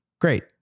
Great